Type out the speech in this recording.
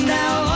now